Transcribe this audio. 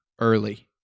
early